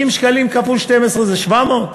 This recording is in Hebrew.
60 שקלים כפול 12 זה 700?